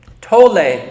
Tole